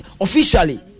Officially